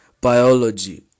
biology